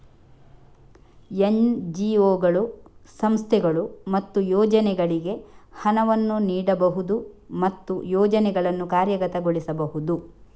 ಎನ್.ಜಿ.ಒಗಳು, ಸಂಸ್ಥೆಗಳು ಮತ್ತು ಯೋಜನೆಗಳಿಗೆ ಹಣವನ್ನು ನೀಡಬಹುದು ಮತ್ತು ಯೋಜನೆಗಳನ್ನು ಕಾರ್ಯಗತಗೊಳಿಸಬಹುದು